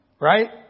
Right